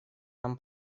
нам